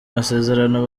masezerano